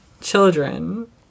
Children